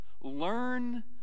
learn